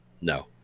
No